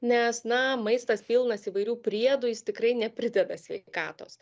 nes na maistas pilnas įvairių priedų jis tikrai neprideda sveikatos